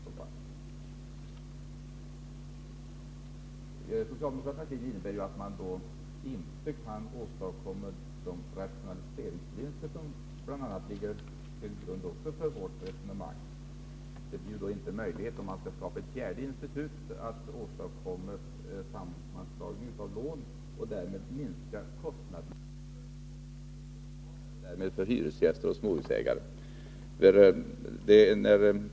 Socialdemokraternas linje innebär att man inte nu kan åstadkomma sådana rationaliseringsvinster som bl.a. ligger till grund för vårt resonemang. Om man skapar ett fjärde institut, blir det inte möjligt att åstadkomma sammanslagning av lån, och därmed minskas kostnaderna för låntagare och därmed för hyresgäster och småhusägare.